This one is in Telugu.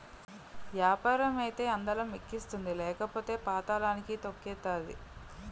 యాపారం అయితే అందలం ఎక్కిస్తుంది లేకపోతే పాతళానికి తొక్కేతాది